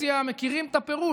אתם שם ביציע מכירים את הפירוש: